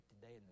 today